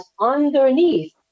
underneath